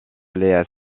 les